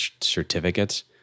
certificates